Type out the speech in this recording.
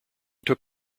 took